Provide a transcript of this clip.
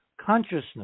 consciousness